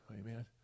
Amen